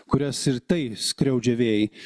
kurias ir tai skriaudžia vėjai